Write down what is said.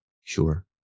Sure